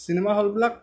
cinema হ'লবিলাক